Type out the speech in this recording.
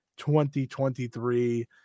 2023